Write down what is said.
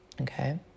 Okay